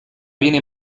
viene